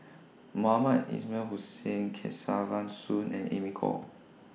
Mohamed Ismail Hussain Kesavan Soon and Amy Khor